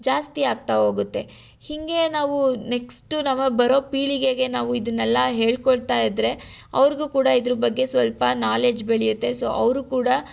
ಜಾಸ್ತಿ ಆಗ್ತಾ ಹೋಗುತ್ತೆ ಹೀಗೇ ನಾವು ನೆಕ್ಸ್ಟ್ ನಮಗೆ ಬರೋ ಪೀಳಿಗೆಗೆ ನಾವು ಇದನ್ನೆಲ್ಲಾ ಹೇಳಿಕೊಳ್ತಾ ಇದ್ದರೆ ಅವ್ರಿಗೂ ಕೂಡ ಇದರ ಬಗ್ಗೆ ಸ್ವಲ್ಪ ನಾಲೆಜ್ ಬೆಳೆಯುತ್ತೆ ಸೊ ಅವರು ಕೂಡ